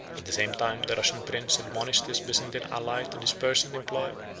at the same time, the russian prince admonished his byzantine ally to disperse and employ,